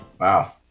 Wow